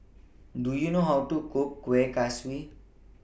Do YOU know How to Cook Kueh Kaswi